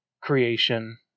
creation